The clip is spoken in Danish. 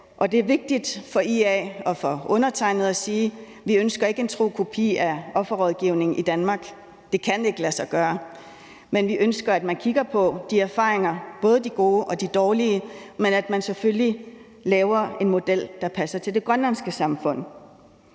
Det er vigtigt for IA og for undertegnede at sige, at vi ikke ønsker en tro kopi af offerrådgivningen i Danmark – det kan ikke lade sig gøre – men vi ønsker, at man kigger på erfaringerne, både de gode og de dårlige, og at man selvfølgelig laver en model, der passer til det grønlandske samfund.